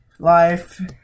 life